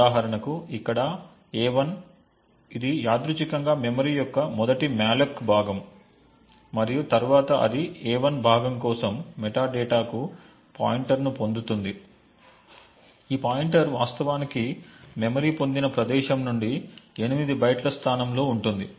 ఉదాహరణకు ఇక్కడ a1 ఇది యాదృచ్ఛికంగా మెమరీ యొక్క మొదటి మాలోక్ భాగం మరియు తరువాత అది a1 భాగం కోసం మెటాడేటాకు పాయింటర్ను పొందుతుంది ఈ పాయింటర్ వాస్తవానికి మెమరీ పొందిన ప్రదేశం నుండి 8 బైట్ల స్థానంలో ఉంటుంది